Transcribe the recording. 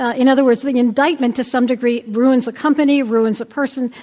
ah in other words, the indictment, to some degree, ruins a company, ruins a person.